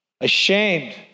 Ashamed